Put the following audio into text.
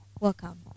Welcome